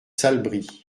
salbris